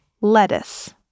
Lettuce